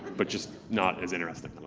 but just not as interesting,